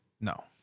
No